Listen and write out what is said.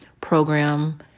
program